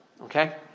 okay